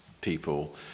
people